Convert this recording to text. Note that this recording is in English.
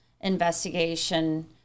investigation